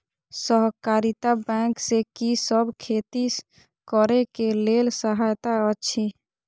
सहकारिता बैंक से कि सब खेती करे के लेल सहायता अछि?